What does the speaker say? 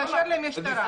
תתקשר למשטרה.